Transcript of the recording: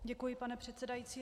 Děkuji, pane předsedající.